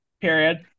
period